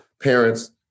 parents